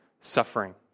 suffering